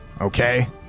Okay